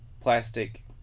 plastic